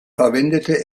verwendete